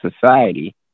society